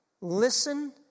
Listen